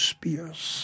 Spears